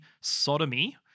sodomy